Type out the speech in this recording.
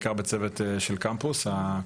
בעיקר בצוות של קמפוס,